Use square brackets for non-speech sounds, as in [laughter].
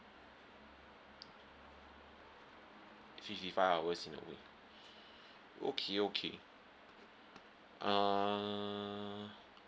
fifty five hours in a week [breath] okay okay uh